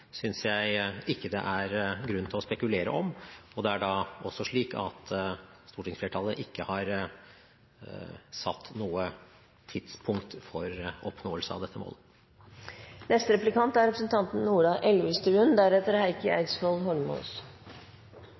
jeg ikke det er grunn til å spekulere om. Det er også slik at stortingsflertallet ikke har satt noe tidspunkt for oppnåelse av dette målet. Venstre er